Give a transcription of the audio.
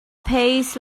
pays